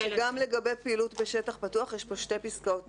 שגם לגבי פעילות בשטח פתוח יש פה שתי פסקאות נפרדות,